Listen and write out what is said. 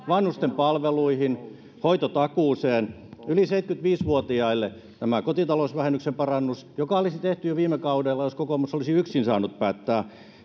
vanhustenpalveluihin hoitotakuuseen yli seitsemänkymmentäviisi vuotiaille kotitalousvähennyksen parannus joka olisi tehty jo viime kaudella jos kokoomus olisi yksin saanut päättää